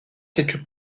quelque